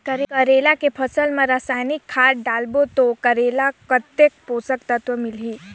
करेला के फसल मा रसायनिक खाद डालबो ता करेला कतेक पोषक तत्व मिलही?